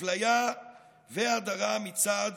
אפליה והדרה מצד